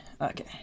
okay